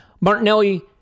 Martinelli